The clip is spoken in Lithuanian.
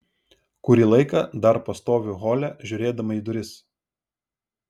kurį laiką dar pastoviu hole žiūrėdama į duris